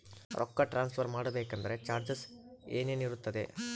ರೊಕ್ಕ ಟ್ರಾನ್ಸ್ಫರ್ ಮಾಡಬೇಕೆಂದರೆ ಚಾರ್ಜಸ್ ಏನೇನಿರುತ್ತದೆ?